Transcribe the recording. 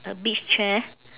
a beach chair